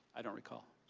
i don't recall.